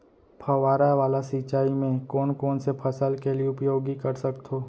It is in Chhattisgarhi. फवारा वाला सिंचाई मैं कोन कोन से फसल के लिए उपयोग कर सकथो?